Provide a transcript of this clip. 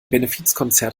benefizkonzert